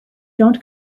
don’t